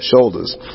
shoulders